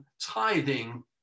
tithing